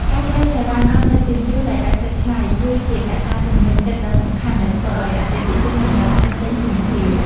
ការផ្តល់សេវាកម្មដឹកជញ្ជូនដោយឥតគិតថ្លៃ គឺជាកត្តាជំរុញចិត្តដ៏សំខាន់ដែលធ្វើឱ្យអតិថិជនសម្រេចចិត្តទិញភ្លាមៗ។